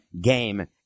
game